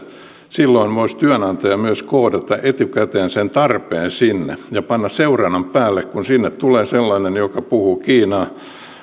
silloin voisi työnantaja myös koodata etukäteen sen tarpeen sinne ja panna seurannan päälle sellainen joka puhuu kiinaa